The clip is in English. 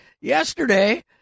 Yesterday